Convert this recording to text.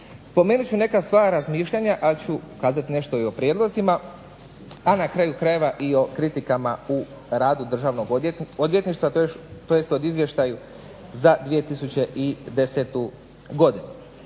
spomenuti ću neka svoja razmišljanja ali ću kazati nešto o prijedlozima a na kraju krajeva o kritikama o radu Državnog odvjetništva tj. o Izvještaju za 2010. godinu.